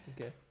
Okay